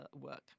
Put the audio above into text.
work